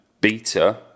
Beta